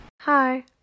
Hi